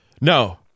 No